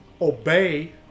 obey